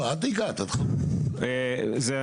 דיברו גם ארגוני חברה על זה שצריך